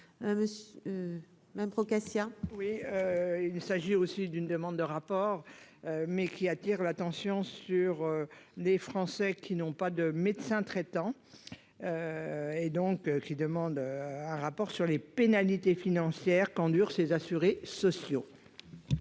même Procaccia. Oui, il s'agit aussi d'une demande de rapport mais qui attire l'attention sur les Français qui n'ont pas de médecin traitant et donc qui demande un rapport sur les pénalités financières qu'endurent ces assurés sociaux.